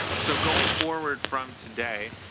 so going forward from today,